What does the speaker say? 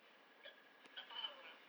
tak tak faham ah